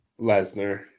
Lesnar